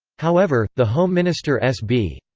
however, the home minister s b.